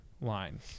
line